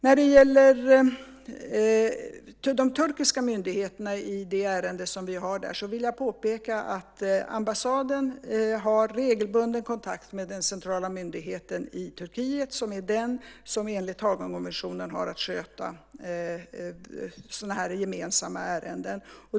När det gäller de turkiska myndigheternas agerande i det aktuella ärendet vill jag påpeka att ambassaden har regelbunden kontakt med den centrala myndigheten i Turkiet, som är den som enligt Haagkonventionen har att sköta sådana här gemensamma ärenden.